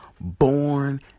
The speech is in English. born